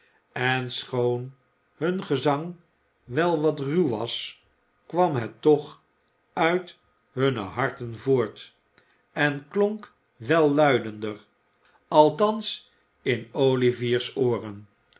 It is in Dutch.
en schoon hun gezang wel wat ruw was kwam het toch uit hunne harten voort en klonk welluidender althans in olivier's ooren